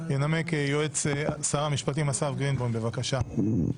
ינמק יועץ שר המשפטים אסף גרינבוים, בבקשה.